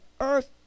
earth